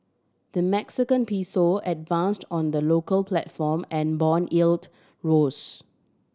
the Mexican Peso advanced on the local platform and bond yield rose